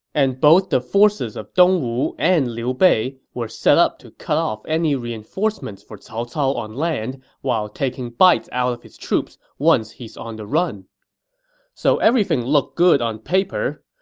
and both the forces of dongwu and liu bei were set up to cut off any reinforcements for cao cao on land while taking bites out of his troops once he's on the run so everything looked good on paper.